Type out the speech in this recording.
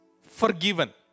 forgiven